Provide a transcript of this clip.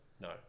No